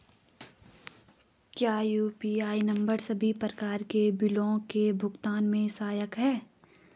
क्या UPI number सभी प्रकार के बिलों के भुगतान में सहायक हैं?